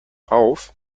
auf